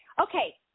Okay